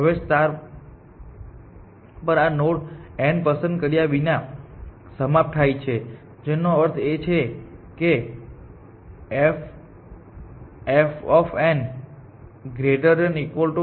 હવે સ્ટાર પણ આ નોડ n પસંદ કર્યા વિના સમાપ્ત થાય છે જેનો અર્થ એ છે કે f f